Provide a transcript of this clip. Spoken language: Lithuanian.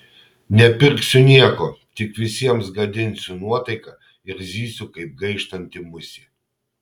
nepirksiu nieko tik visiems gadinsiu nuotaiką ir zysiu kaip gaištanti musė